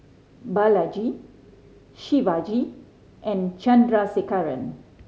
Balaji Shivaji and Chandrasekaran